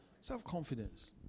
Self-confidence